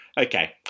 Okay